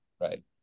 Right